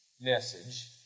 message